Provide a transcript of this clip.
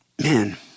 man